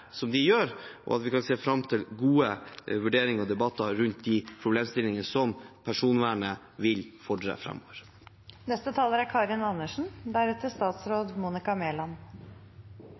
arbeidet de gjør, og at vi kan se fram til gode vurderinger og debatter rundt de problemstillingene som personvernet vil fordre